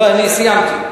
אני סיימתי.